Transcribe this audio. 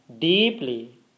deeply